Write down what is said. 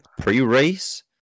pre-race